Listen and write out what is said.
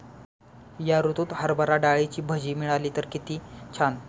या ऋतूत हरभरा डाळीची भजी मिळाली तर कित्ती छान